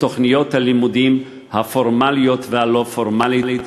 בתוכניות הלימודים הפורמליות והלא-פורמליות,